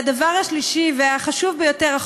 והדבר השלישי והחשוב ביותר,